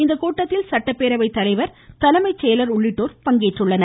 இக்கூட்டத்தில் சட்டப்பேரவை தலைவர் தலைமை செயலர் உள்ளிட்டோர் பங்கேற்றுள்ளனர்